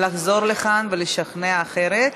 לחזור לכאן ולשכנע אחרת.